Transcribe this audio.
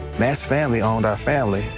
matt's family owned our family,